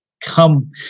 come